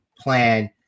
plan